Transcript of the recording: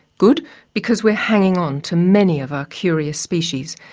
good because we are hanging on to many of our curious species,